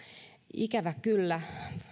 ikävä kyllä